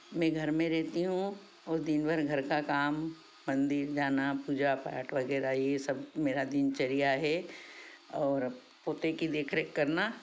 मैं घर में रहती हूँ और दिन भर घर का काम मंदिर जाना पूजा पाठ वगैरह ये सब मेरा दिनचर्या है और पोते की देखरेख करना